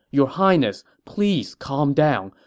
your highness, please calm down.